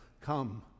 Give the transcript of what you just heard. Come